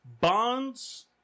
Bonds